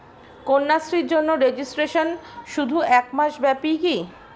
কন্যাশ্রীর জন্য রেজিস্ট্রেশন শুধু এক মাস ব্যাপীই কি?